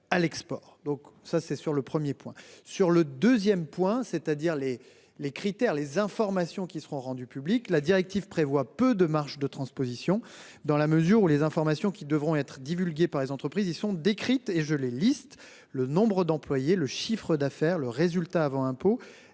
sur le 2ème point. C'est-à-dire les les critères les informations qui seront rendues publiques la directive prévoit peu de marge de transposition dans la mesure où les informations qui devront être divulguées par les entreprises ils sont décrites et je les listes. Le nombre d'employés. Le chiffre d'affaires. Le résultat avant impôt,